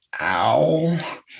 ow